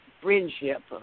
friendship